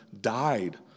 died